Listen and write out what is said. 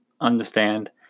understand